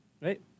Right